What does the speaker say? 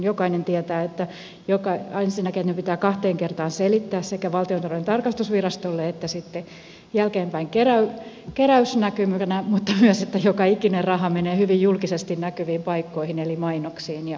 jokainen tietää että ensinnäkin ne pitää kahteen kertaan selittää sekä valtiontalouden tarkastusvirastolle että sitten jälkeenpäin keräysselvityksenä mutta myös että joka ikinen raha menee hyvin julkisesti näkyviin paikkoihin eli mainoksiin ja kansalaistilaisuuksiin